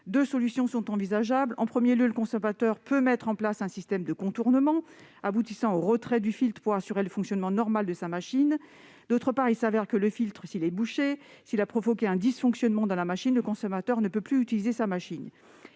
deux solutions sont envisageables : premièrement, le consommateur peut mettre en place un système de contournement aboutissant au retrait du filtre pour assurer le fonctionnement normal de sa machine ; deuxièmement, si le filtre est bouché ou s'il a provoqué un dysfonctionnement de la machine, le consommateur ne peut plus utiliser son lave-linge.